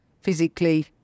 physically